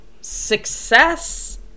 success